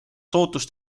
lootust